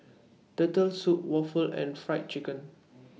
Turtle Soup Waffle and Fried Chicken